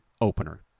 opener